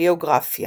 ביוגרפיה